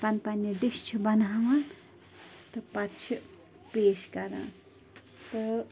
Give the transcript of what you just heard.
پنہٕ پنٕنہِ ڈِشہٕ چھِ بناوان تہٕ پتہٕ چھِ پیش کران تہٕ